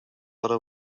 other